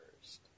first